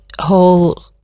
whole